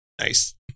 Nice